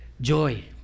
Joy